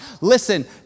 Listen